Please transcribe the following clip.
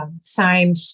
signed